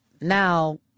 Now